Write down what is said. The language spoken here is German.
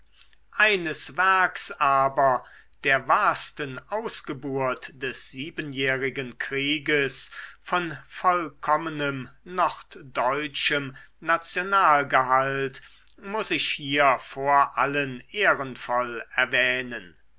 eines werks aber der wahrsten ausgeburt des siebenjährigen krieges von vollkommenem norddeutschem nationalgehalt muß ich hier vor allen ehrenvoll erwähnen